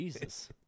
Jesus